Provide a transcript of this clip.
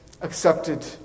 accepted